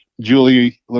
Julie